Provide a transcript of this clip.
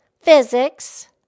Physics